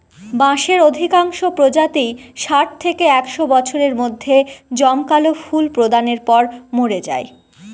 বাঁশের অধিকাংশ প্রজাতিই ষাট থেকে একশ বছরের মধ্যে জমকালো ফুল প্রদানের পর মরে যায়